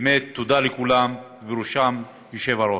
באמת תודה לכולם, ובראשם היושב-ראש.